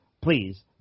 please